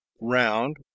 Round